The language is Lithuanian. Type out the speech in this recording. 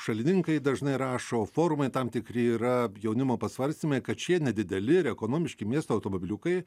šalininkai dažnai rašo forumai tam tikri yra jaunimo pasvarstymai kad šie nedideli ir ekonomiški miesto automobiliukai